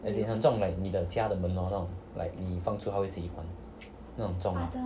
as in 很重 like 你的家的门 hor 那种 like 你放住它会自己关那种重啊